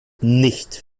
nicht